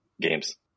games